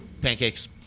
Pancakes